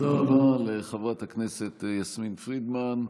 תודה רבה לחברת הכנסת יסמין פרידמן.